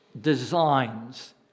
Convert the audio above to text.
designs